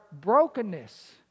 brokenness